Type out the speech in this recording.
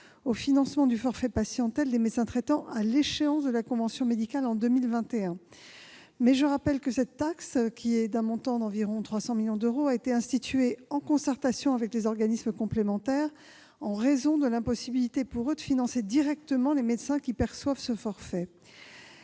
au financement du forfait patientèle des médecins traitants à l'échéance de la convention médicale, en 2021. Je rappelle que cette taxe, d'un montant d'environ 300 millions d'euros, a été instituée en concertation avec les organismes complémentaires, en raison de l'impossibilité pour eux de financer directement les médecins qui perçoivent ce forfait.